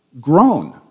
grown